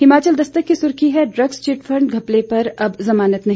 हिमाचल दस्तक की सुर्खी है ड्रग्स चिट फंड घपले पर अब जमानत नहीं